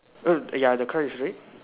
um ya the car is red